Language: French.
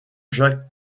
jacques